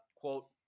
quote